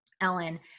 Ellen